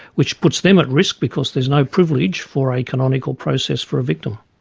which puts them at risk because there's no privilege for a canonical process for a victim.